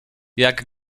jak